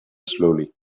slowly